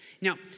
Now